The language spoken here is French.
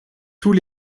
tous